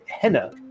Henna